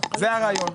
זה הרעיון.